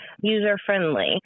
user-friendly